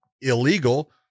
illegal